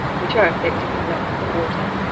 which are effectively nothing but water,